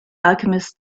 alchemist